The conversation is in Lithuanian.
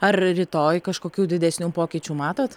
ar rytoj kažkokių didesnių pokyčių matot